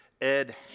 Ed